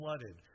flooded